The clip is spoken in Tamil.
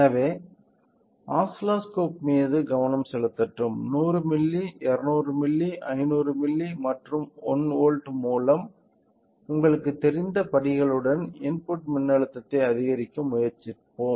எனவே ஓசிலோஸ்கோப் மீது கவனம் செலுத்தட்டும் 100 மில்லி 200 மில்லி 500 மில்லி மற்றும் 1 வோல்ட் மூலம் உங்களுக்குத் தெரிந்த படிகளுடன் இன்புட் மின்னழுத்தத்தை அதிகரிக்க முயற்சிப்போம்